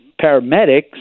paramedics